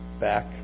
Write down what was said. back